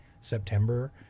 September